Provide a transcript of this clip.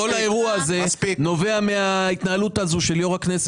כל האירוע הזה נובע מן ההתנהלות הזאת של יו"ר הכנסת,